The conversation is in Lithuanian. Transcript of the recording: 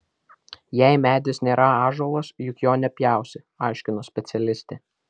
jei medis nėra ąžuolas juk jo nepjausi aiškino specialistė